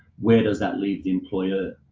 where does that leave the employer?